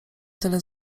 tyle